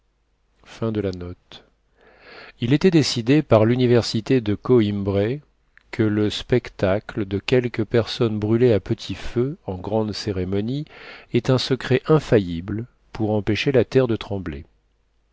il était décidé par l'université de coïmbre que le spectacle de quelques personnes brûlées à petit feu en grande cérémonie est un secret infaillible pour empêcher la terre de trembler